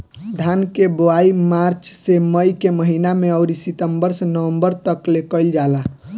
धान के बोआई मार्च से मई के महीना में अउरी सितंबर से नवंबर तकले कईल जाला